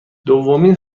دومین